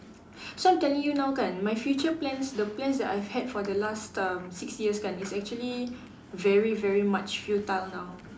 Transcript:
so I'm telling you now kan my future plans the plans that I've had for the last um six years kan is actually very very much futile now